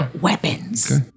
Weapons